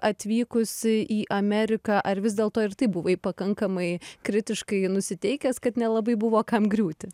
atvykus į ameriką ar vis dėlto ir taip buvai pakankamai kritiškai nusiteikęs kad nelabai buvo kam griūti